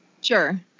Sure